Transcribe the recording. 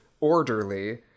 orderly